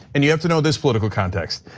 and you have to know this political context.